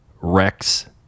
Rex